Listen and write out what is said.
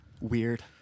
Weird